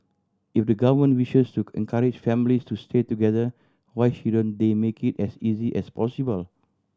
if the government wishes to encourage families to stay together why shouldn't they make it as easy as possible